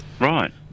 Right